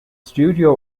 studio